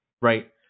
right